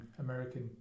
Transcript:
American